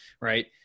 right